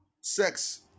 Sex